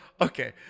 okay